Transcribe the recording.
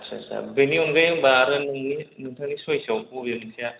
आदसा आदसा बेनि अनगायै होनबा आरो नोंनि नोंथांनि चवेछआव बबे मोनसेया